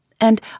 and